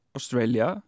Australia